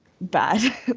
bad